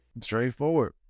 straightforward